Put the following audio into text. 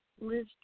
Liz